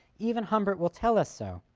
even humbert will tell us so.